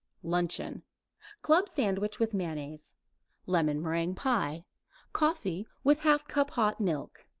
luncheon club sandwich with mayonnaise lemon meringue pie coffee with half cup hot milk.